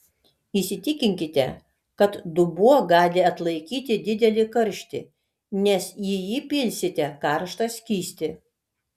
įsitikinkite kad dubuo gali atlaikyti didelį karštį nes į jį pilsite karštą skystį